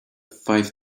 five